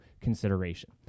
consideration